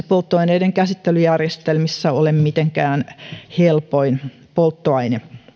polttoaineiden käsittelyjärjestelmissä ole mitenkään helpoin polttoaine